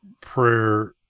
prayer